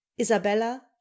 Isabella